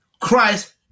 Christ